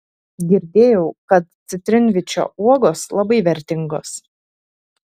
girdėjau kad citrinvyčio uogos labai vertingos